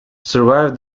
survived